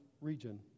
region